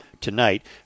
tonight